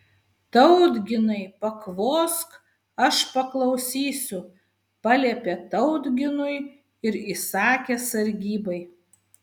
tautginai pakvosk aš paklausysiu paliepė tautginui ir įsakė sargybai